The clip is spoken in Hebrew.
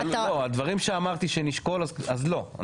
לא, הדברים שאמרתי שנשקול אז לא.